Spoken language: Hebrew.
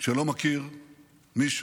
שלא מכיר מישהו,